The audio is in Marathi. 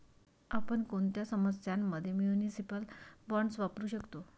आपण कोणत्या समस्यां मध्ये म्युनिसिपल बॉण्ड्स वापरू शकतो?